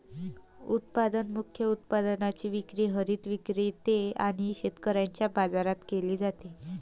उत्पादन मुख्य उत्पादनाची विक्री हरित विक्रेते आणि शेतकऱ्यांच्या बाजारात केली जाते